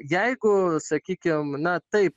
jeigu sakykim na taip